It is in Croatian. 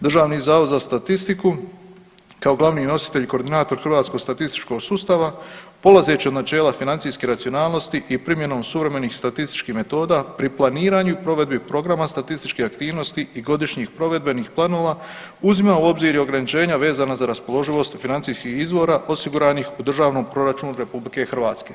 Državni zavod za statistiku kao glavni nositelj i koordinator hrvatskog statističkog sustava polazeći od načela financijske racionalnosti i primjenom suvremenih statističkih metoda pri planiranju i provedbi Programa statističke aktivnosti i godišnjih provedbenih planova uzima u obzir i ograničenja vezana za raspoloživost financijskih izvora osiguranih u državnom proračunu Republike Hrvatske.